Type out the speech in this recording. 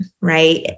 right